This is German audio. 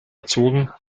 erzogen